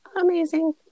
amazing